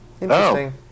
Interesting